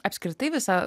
apskritai visa